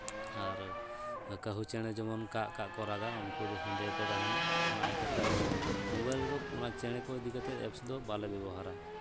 ᱟᱨ ᱠᱟᱹᱦᱩ ᱪᱮᱬᱮ ᱡᱮᱢᱚᱱ ᱠᱟᱜ ᱠᱟᱜ ᱠᱚ ᱨᱟᱜᱟ ᱩᱱᱠᱩ ᱫᱚ ᱦᱮᱸᱫᱮ ᱜᱮᱠᱚ ᱛᱟᱦᱮᱱᱟ ᱚᱱᱟ ᱤᱭᱠᱷᱟᱹᱛᱮ ᱟᱞᱮ ᱫᱚ ᱢᱳᱵᱟᱭᱤᱞ ᱨᱮᱫᱚ ᱪᱮᱬᱮ ᱠᱚ ᱤᱫᱤ ᱠᱟᱛᱮᱫ ᱮᱯᱥ ᱫᱚ ᱵᱟᱝᱞᱮ ᱵᱮᱵᱚᱦᱟᱨᱟ